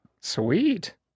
Sweet